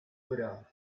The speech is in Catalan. dura